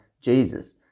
Jesus